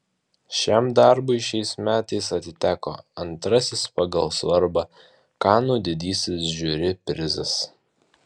šiam darbui šiais metais atiteko antrasis pagal svarbą kanų didysis žiuri prizas